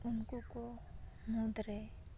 ᱩᱱᱠᱩ ᱠᱩ ᱢᱩᱫᱽ ᱨᱮ